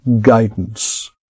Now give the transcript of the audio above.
guidance